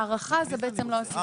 ההארכה זה בעצם לא עשינו.